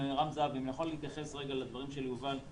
אם אני יכול להתייחס רגע לדברים של יובל.